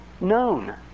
known